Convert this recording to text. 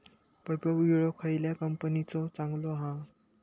वैभव विळो खयल्या कंपनीचो चांगलो हा?